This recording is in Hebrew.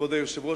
וכבוד היושב-ראש,